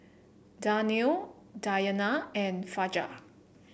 Danial Dayana and Fajar